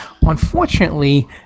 Unfortunately